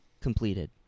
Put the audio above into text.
completed